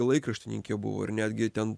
laikraštininkė buvo ir netgi ten